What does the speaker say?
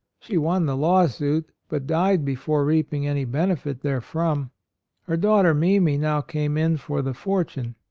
she won the law suit but died before reaping any benefit therefrom her daughter mimi now came in for the fort une.